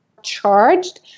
charged